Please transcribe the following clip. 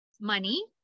money